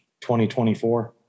2024